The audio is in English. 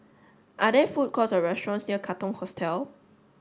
are there food courts or restaurants near Katong Hostel